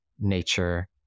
nature